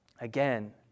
again